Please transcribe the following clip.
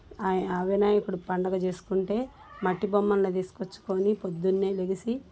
ఆ వినాయకుడు పండుగ చేసుకుంటే మట్టి బొమ్మల్ని తీసుకొచ్చుకోని పొద్దున్నే లేచి